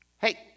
Hey